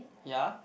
ya